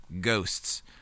ghosts